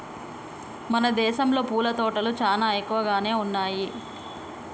మన దేసంలో పూల తోటలు చానా ఎక్కువగానే ఉన్నయ్యి